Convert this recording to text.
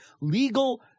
legal